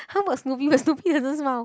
how about Snoopy my Snoopy doesn't smile